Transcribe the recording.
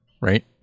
right